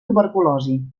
tuberculosi